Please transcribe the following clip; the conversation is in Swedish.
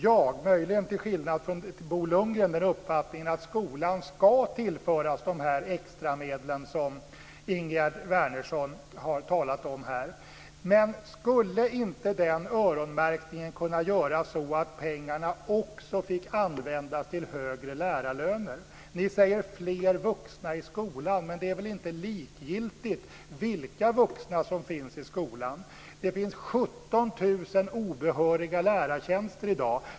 Jag har, möjligen till skillnad från Bo Lundgren, uppfattningen att skolan ska tillföras de extramedel som Ingegerd Wärnersson har talat om. Skulle inte den öronmärkningen kunna göras så att pengarna också fick användas till högre lärarlöner? Ni säger att det ska vara fler vuxna i skolan. Men det är väl inte likgiltigt vilka vuxna som finns i skolan? Det finns 17 000 tjänster som i dag är besatta med obehöriga lärare.